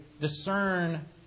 discern